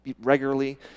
regularly